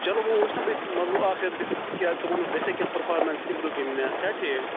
چلو وۄنۍ وٕچھنا بہٕ مطلب اَکھ رٮ۪تھ گٔژِتھ کیٛاہ تِمَن گَژھیٛا کیٚنٛہہ پٔرفارمَنٕس اِمپرٛوٗ کِنہٕ نا چھا ٹھیٖک